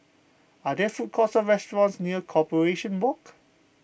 are there food courts or restaurants near Corporation Walk